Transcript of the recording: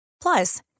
Plus